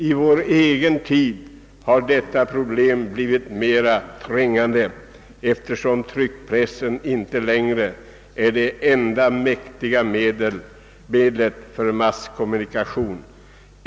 I vår egen tid har detta problem blivit mera trängande, eftersom tryckpressen inte längre är det enda mäktiga medlet för masskommunikation.